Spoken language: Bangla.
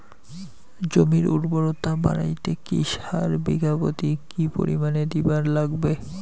জমির উর্বরতা বাড়াইতে কি সার বিঘা প্রতি কি পরিমাণে দিবার লাগবে?